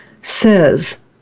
says